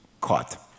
caught